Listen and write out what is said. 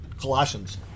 Colossians